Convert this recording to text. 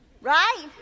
Right